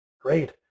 great